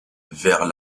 vers